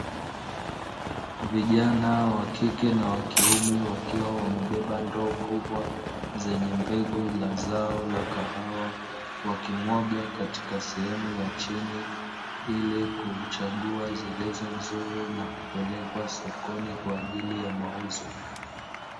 Vijana wa kike na wa kiume wakiwa wamebeba ndoo kubwa zenye mbegu la zao la kahawa, wakimwaga katika sehemu ya chini ili kuchagua zilizo nzuri na kupelekwa sokoni kwa ajili ya mauzo.